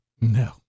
no